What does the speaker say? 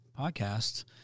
podcast